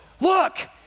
look